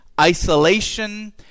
isolation